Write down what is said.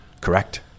Correct